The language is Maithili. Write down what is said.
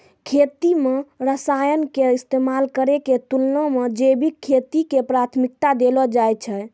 खेती मे रसायन के इस्तेमाल करै के तुलना मे जैविक खेती के प्राथमिकता देलो जाय छै